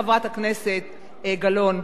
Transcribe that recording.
חברת הכנסת גלאון,